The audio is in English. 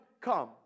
come